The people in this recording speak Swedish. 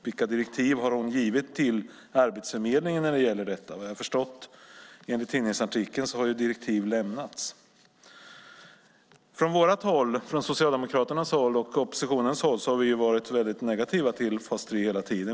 Vilka direktiv har hon givit Arbetsförmedlingen när det gäller detta? Vad jag förstod enligt tidningsartikeln har direktiv lämnats. Från Socialdemokraternas och oppositionens håll har vi hela tiden varit väldigt negativa till fas 3.